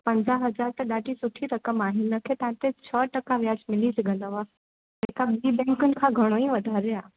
पंजाहु हज़ार त ॾाढी सुठी रक़म आहे हिन ते तव्हां खे छह टका व्याजु मिली सघंदव जेका ॿी बैंकनि खां घणो ई वधारियो आहे